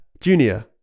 Junior